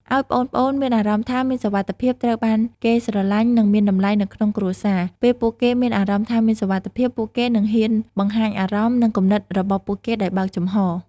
ឲ្យប្អូនៗមានអារម្មណ៍ថាមានសុវត្ថិភាព ត្រូវបានគេស្រលាញ់ និងមានតម្លៃនៅក្នុងគ្រួសារ ពេលពួកគេមានអារម្មណ៍ថាមានសុវត្ថិភាព ពួកគេនឹងហ៊ានបង្ហាញអារម្មណ៍ និងគំនិតរបស់ពួកគេដោយបើកចំហ។